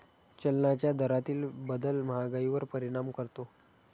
चलनाच्या दरातील बदल महागाईवर परिणाम करतो